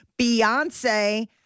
Beyonce